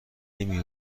نمی